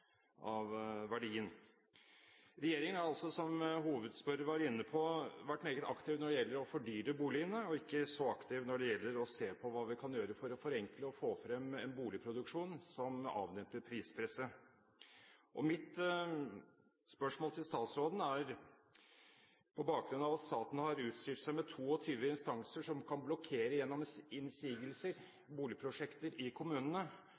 verdien. Regjeringen har, som hovedspørrer var inne på, vært meget aktiv når det gjelder å fordyre boligene, og ikke så aktiv når det gjelder å se på hva vi kan gjøre for å forenkle og få frem en boligproduksjon som avdemper prispresset. Mitt spørsmål til statsråden er: På bakgrunn av at staten har utstyrt seg med 22 instanser som kan blokkere boligprosjekter i kommunene gjennom